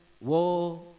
war